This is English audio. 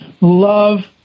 love